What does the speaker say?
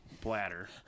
bladder